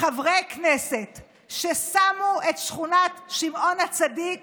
חברי כנסת ששמו את שכונת שמעון הצדיק